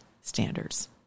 standards